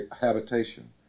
habitation